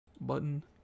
button